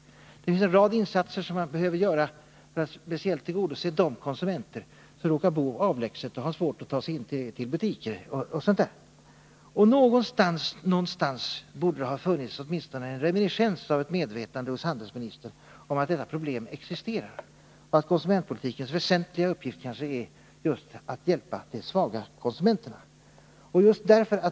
Det är en rad insatser som behöver göras för att tillgodose behoven hos de konsumenter som råkar bo avlägset och har svårt att ta sig in till butiker. Det borde hos handelsministern ha funnits åtminstone en reminiscens av att dessa problem existerar. Konsumentpolitikens kanske väsentligaste uppgift är att hjälpa de svaga konsumenterna.